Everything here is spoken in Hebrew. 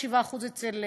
6% או 7% אצל,